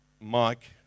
Mike